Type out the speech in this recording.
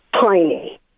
tiny